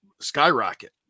skyrocket